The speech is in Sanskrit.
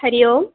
हरिः ओम्